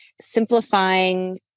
simplifying